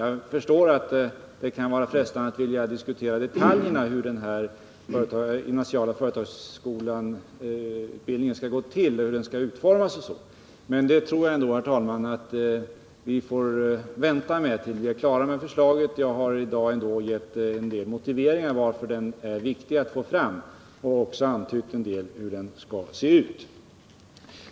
Jag förstår att det kan vara frestande att diskutera detaljer i fråga om hur den här företagsutbildningen skall utformas, men det tror jag, herr talman, att vi får vänta med tills vi är klara med förslaget. Jag har ändå gett en del motiveringar till att den här utbildningen är viktig att få fram och även antytt en del om hur den skall se ut.